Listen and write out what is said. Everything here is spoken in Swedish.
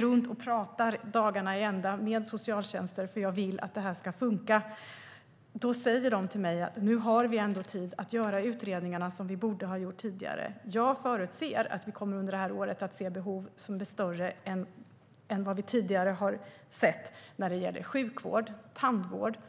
runt och pratar med socialtjänster dagarna i ända eftersom jag vill att det här ska funka, och de säger till mig: Nu har vi tid att göra utredningarna som vi borde ha gjort tidigare. Jag förutser att vi under det här året kommer att se behov som är större än vi tidigare har sett när det gäller sjukvård och tandvård.